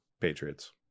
Patriots